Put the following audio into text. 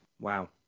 Wow